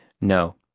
No